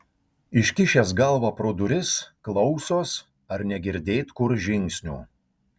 iškišęs galvą pro duris klausos ar negirdėt kur žingsnių